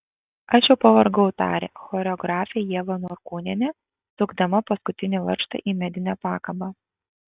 aš jau pavargau tarė choreografė ieva norkūnienė sukdama paskutinį varžtą į medinę pakabą